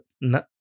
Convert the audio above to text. no